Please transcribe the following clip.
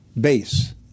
base